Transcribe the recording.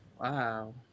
wow